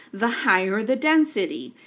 the higher the density.